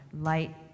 light